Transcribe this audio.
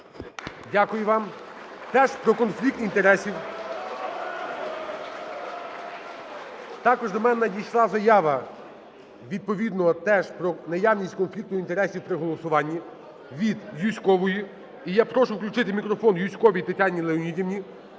Дякую вам. Теж про конфлікт інтересів. Також до мене надійшла заява відповідно теж про наявність конфлікту інтересів при голосуванні від Юзькової. І я прошу включити мікрофон Юзьковій Тетяні Леонідівні